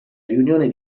riunione